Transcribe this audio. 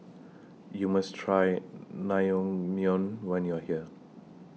YOU must Try Naengmyeon when YOU Are here